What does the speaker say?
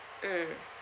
mm